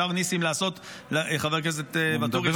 חבר הכנסת ואטורי,